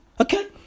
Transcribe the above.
Okay